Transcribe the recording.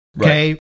Okay